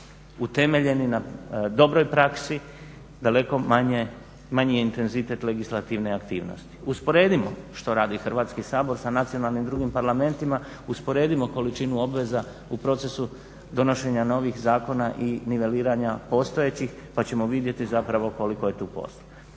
utemeljeni na dobroj praksi, daleko manji je intenzitet legislativne aktivnosti. Usporedimo što radi Hrvatski sabor sa nacionalnim drugim parlamentima, usporedimo količinu obveza u procesu donošenja novih zakona i niveliranja postojećih pa ćemo vidjeti zapravo koliko je tu posla.